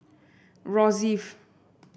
Rosyth